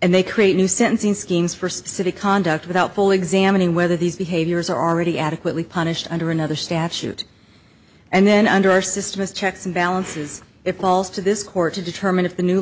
and they create new sentencing schemes for specific conduct without fully examining whether these behaviors are already adequately punished under another statute and then under our system of checks and balances it calls to this court to determine if the new